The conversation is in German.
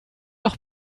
doch